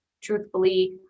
truthfully